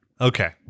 okay